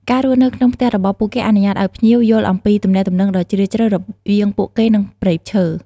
ការរស់នៅក្នុងផ្ទះរបស់ពួកគេអនុញ្ញាតឱ្យភ្ញៀវយល់អំពីទំនាក់ទំនងដ៏ជ្រាលជ្រៅរវាងពួកគេនិង ព្រៃឈើ។